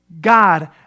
God